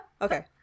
Okay